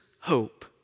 hope